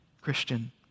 Christian